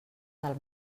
del